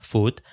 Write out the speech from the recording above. Food